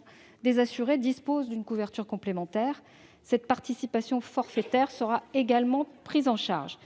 % des assurés disposent d'une couverture complémentaire. Cette participation forfaitaire sera également prise en charge.